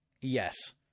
Yes